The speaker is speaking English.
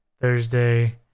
Thursday